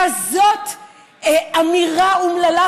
כזאת אמירה אומללה,